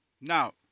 Now